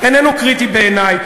"אינו קריטי בעיני".